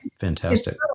fantastic